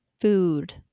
Food